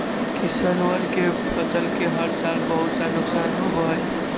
किसनवन के फसल के हर साल बहुत सा नुकसान होबा हई